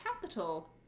capital